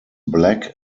black